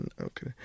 Okay